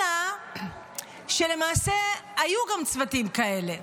אלא שלמעשה היו גם צוותים כאלה,